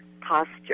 posture